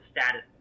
status